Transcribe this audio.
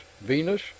Venus